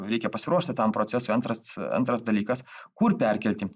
reikia pasiruošti tam procesui antras antras dalykas kur perkelti